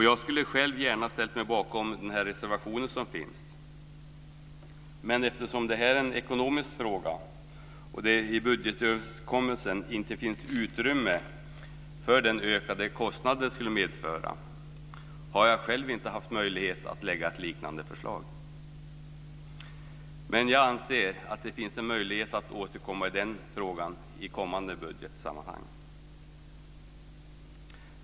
Jag skulle själv gärna ha ställt mig bakom den reservation som finns, men eftersom det här är en ekonomisk fråga och det i budgetöverenskommelsen inte finns utrymme för den ökade kostnad detta skulle medföra har jag själv inte haft möjlighet att lägga fram ett liknande förslag. Jag anser dock att det finns möjlighet att återkomma till den frågan i kommande budgetsammanhang.